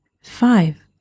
five